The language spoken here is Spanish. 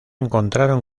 encontraron